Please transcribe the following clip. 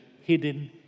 hidden